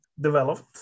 developed